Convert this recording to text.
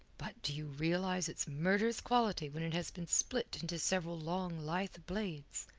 but do you realize its murderous quality when it has been split into several long lithe blades,